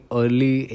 early